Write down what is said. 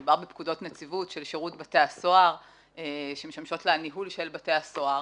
מדובר בפקודות נציבות של שירות בתי הסוהר שמשמשות לניהול של בתי הסוהר.